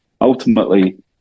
ultimately